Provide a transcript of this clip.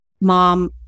Mom